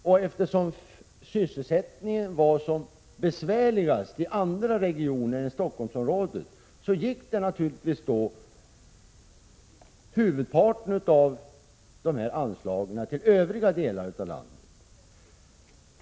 Och eftersom sysselsättningsproblemen var som besvärligast i andra regioner än i Stockholmsområdet gick huvudparten av anslagen naturligtvis då till övriga delar av landet.